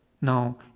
Now